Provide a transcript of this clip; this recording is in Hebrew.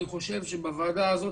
אני חושב שבוועדה הזאת,